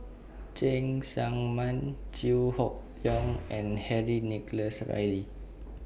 Cheng Tsang Man Chew Hock Leong and Henry Nicholas Ridley